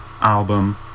album